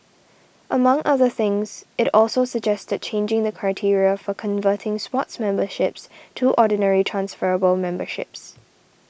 among other things it also suggested changing the criteria for converting Sports memberships to Ordinary transferable memberships